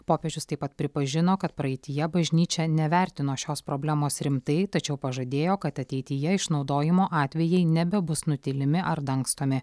popiežius taip pat pripažino kad praeityje bažnyčia nevertino šios problemos rimtai tačiau pažadėjo kad ateityje išnaudojimo atvejai nebebus nutylimi ar dangstomi